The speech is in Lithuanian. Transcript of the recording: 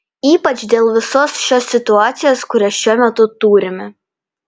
ypač dėl visos šios situacijos kurią šiuo metu turime